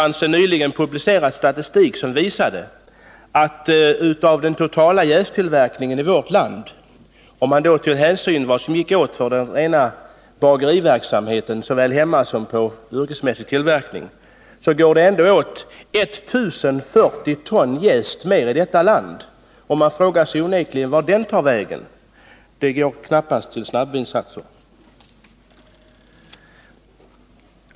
Nyligen publicerad statistik visar att av den totala jästtillverkningen i vårt land — då har hänsyn tagits till vad som används till bakning i hemmen och yrkesmässigt — går det numera åt 1 040 ton mer jäst än tidigare. Man frågar sig vart den tar vägen. Knappast till snabbvinsatser.